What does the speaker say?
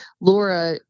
Laura